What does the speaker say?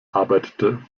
arbeitete